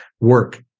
work